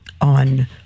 on